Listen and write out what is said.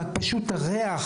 רק פשוט הריח,